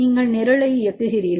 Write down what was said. நீங்கள் நிரலை இயக்குகிறீர்கள்